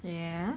yeah